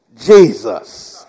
Jesus